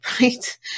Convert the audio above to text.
right